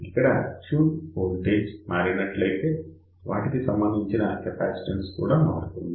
ఇక్కడ tune voltage మారినట్లయితే వాటికి సంబంధించిన కెపాసిటెన్స్ కూడా మారుతుంది